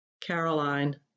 Caroline